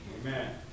Amen